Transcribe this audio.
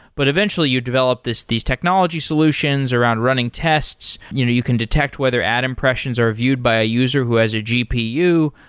but eventually you developed these technology solutions around running tests. you you can detect whether ad impressions are viewed by a user who has a gpu.